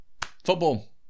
Football